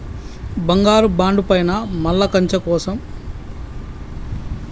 బంగారు బాండు పైన మళ్ళా కొంచెం వడ్డీకి లోన్ తీసుకోవచ్చా?